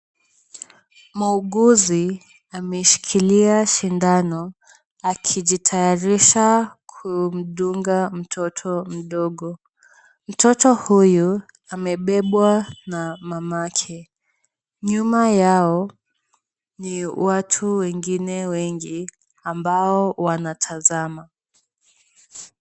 Muuguzi ameshikilia sindano akijiayarisha kumdunga mtoto mdogo. Mtoto huyu amebebwa na mamake. Nyuma yao ni watu wengine wengi ambao wanatazama.